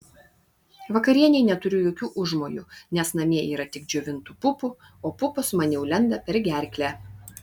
vakarienei neturiu jokių užmojų nes namie yra tik džiovintų pupų o pupos man jau lenda per gerklę